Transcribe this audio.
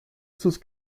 sus